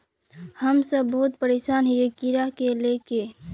हम सब बहुत परेशान हिये कीड़ा के ले के?